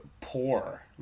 poor